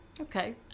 Okay